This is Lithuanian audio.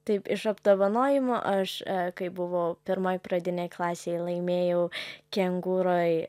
taip iš apdovanojimų aš kai buvau pirmoj pradinėj klasėj laimėjau kengūroj